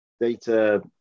data